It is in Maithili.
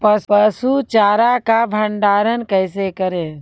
पसु चारा का भंडारण कैसे करें?